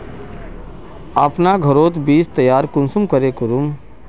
अपना घोरोत बीज तैयार कुंसम करे करूम?